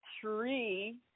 three